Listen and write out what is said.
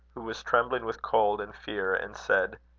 who was trembling with cold and fear, and said